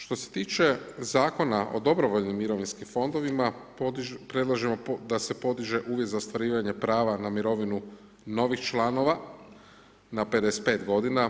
Što se tiče Zakona o dobrovoljnim mirovinskim fondovima predlažemo da se podiže uvid za ostvarivanje prava na mirovinu novih članova na 55 godina.